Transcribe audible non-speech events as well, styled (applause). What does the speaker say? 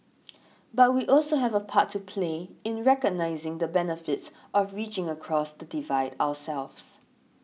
(noise) but we also have a part to play in recognising the benefits of reaching across the divide ourselves